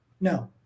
No